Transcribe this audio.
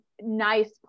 nice